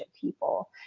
people